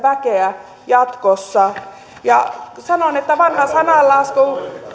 väeksi jatkossa sanon että vanha sananlasku